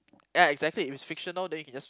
yeah exactly if it's fictional then you can just